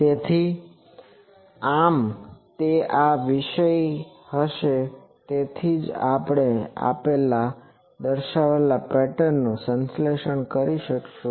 તેથી આમ તે આ વિષય હશે તેથી જ આપણે આપેલ દર્શાવેલ પેટર્ન નું સંશ્લેષણ કરી શકીશું